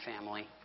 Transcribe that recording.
family